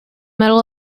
medal